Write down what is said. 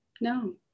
No